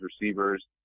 receivers